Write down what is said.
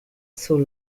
sul